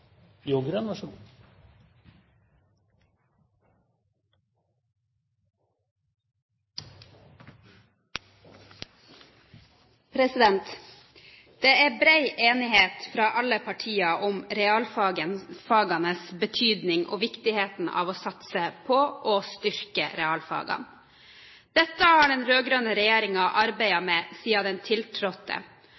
enighet i alle partier om realfagenes betydning og viktigheten av å satse på å styrke dem. Dette har den